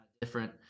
Different